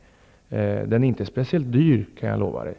Jag kan lova att det inte är fråga om en speciellt dyr förändring.